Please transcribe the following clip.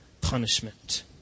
punishment